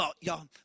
Y'all